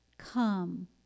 Come